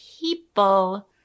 people